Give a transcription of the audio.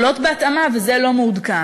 עולות בהתאמה, וזה לא מעודכן.